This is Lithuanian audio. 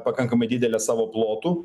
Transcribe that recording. pakankamai didelė savo plotu